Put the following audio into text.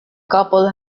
couple